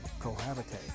cohabitate